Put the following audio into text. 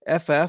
FF